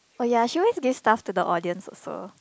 oh ya she always give stuff to the audience also